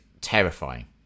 terrifying